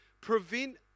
prevent